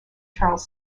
charles